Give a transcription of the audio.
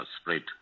spread